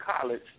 college